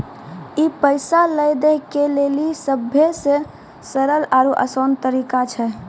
ई पैसा लै दै के लेली सभ्भे से सरल आरु असान तरिका छै